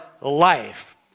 life